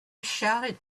shouted